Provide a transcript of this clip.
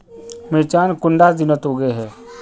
मिर्चान कुंडा दिनोत उगैहे?